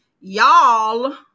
y'all